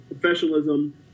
professionalism